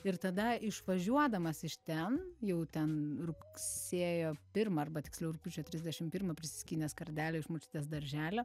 ir tada išvažiuodamas iš ten jau ten rugsėjo pirmą arba tiksliau rugpjūčio trisdešim pirmą prisiskynęs kardelių iš močiutės darželio